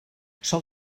sol